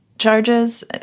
charges